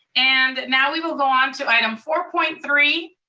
and now we will go on to item four point three,